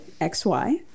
XY